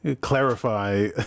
clarify